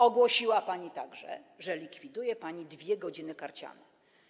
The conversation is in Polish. Ogłosiła pani także, że likwiduje pani 2 godziny karciane.